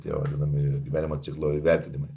tie vadinamieji gyvenimo ciklo įvertinimai